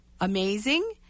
amazing